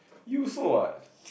you also what